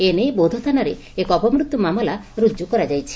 ଏ ନେଇ ବୌଦ୍ଧ ଥାନାରେ ଏକ ଅପମୃତ୍ଧୁ ମାମଲା ରୁଜୁ କରାଯାଇଛି